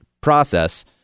process